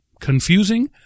confusing